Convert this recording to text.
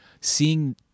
seeing